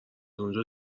اونجا